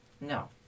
No